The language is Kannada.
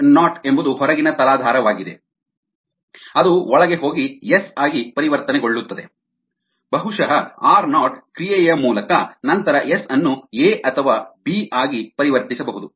ಎಸ್ ನಾಟ್ ಎಂಬುದು ಹೊರಗಿನ ತಲಾಧಾರವಾಗಿದೆ ಅದು ಒಳಗೆ ಹೋಗಿ ಎಸ್ ಆಗಿ ಪರಿವರ್ತನೆಗೊಳ್ಳುತ್ತದೆ ಬಹುಶಃ ಆರ್ ನಾಟ್ ಕ್ರಿಯೆಯ ಮೂಲಕ ನಂತರ ಎಸ್ ಅನ್ನು ಎ ಅಥವಾ ಬಿ ಆಗಿ ಪರಿವರ್ತಿಸಬಹುದು